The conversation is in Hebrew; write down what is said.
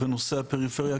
בנושא הפריפריה,